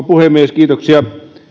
puhemies